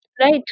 right